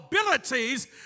abilities